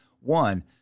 One